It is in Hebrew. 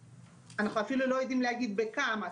אנחנו אפילו לא יודעים להגיד בכמה.